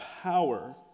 power